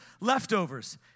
leftovers